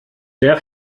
der